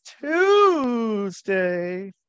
Tuesday